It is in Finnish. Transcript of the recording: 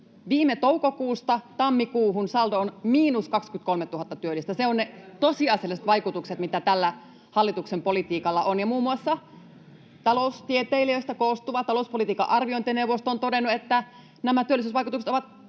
viime toukokuusta tammikuuhun saldo on miinus 23 000 työllistä. Ne ovat tosiasialliset vaikutukset, mitä tällä hallituksen politiikalla on. Muun muassa taloustieteilijöistä koostuva talouspolitiikan arviointineuvosto on todennut, että nämä työllisyysvaikutukset ovat